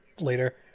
later